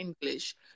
English